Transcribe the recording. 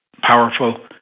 powerful